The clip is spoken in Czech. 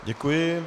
Děkuji.